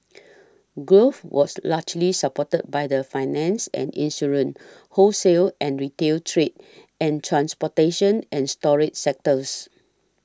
growth was largely supported by the finance and insurance wholesale and retail trade and transportation and storage sectors